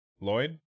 Lloyd